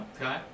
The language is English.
Okay